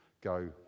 Go